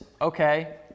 okay